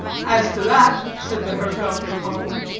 as to that, said the herb-doctor calmly,